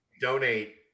donate